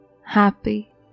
happy